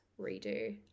redo